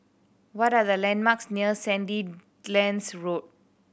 what are the landmarks near Sandilands Road